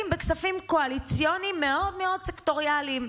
בכספים קואליציוניים מאוד מאוד סקטוריאליים,